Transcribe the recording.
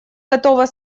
готова